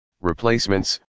Replacements